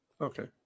Okay